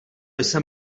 jsem